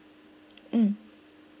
mm